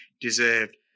deserved